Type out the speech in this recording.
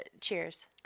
cheers